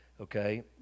Okay